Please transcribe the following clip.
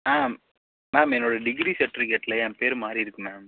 ma'am ma'am என்னோடய degree சர்ட்விகேட்டில் என் பேரு மாறி இருக்குது மேம்